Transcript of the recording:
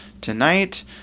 tonight